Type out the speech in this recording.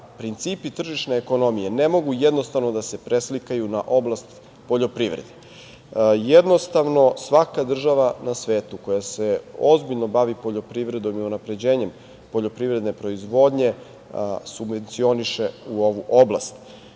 principi tržišne ekonomije ne mogu jednostavno da se preslikaju na oblast poljoprivrede. Jednostavno, svaka država na svetu koja se ozbiljno bavi poljoprivrednom i unapređenjem poljoprivredne proizvodnje subvencioniše u ovu oblast